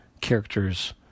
characters